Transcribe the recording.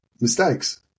mistakes